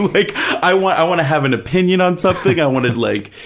like, i want i want to have an opinion on something. i want to like,